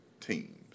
teams